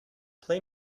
play